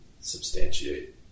substantiate